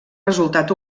resultat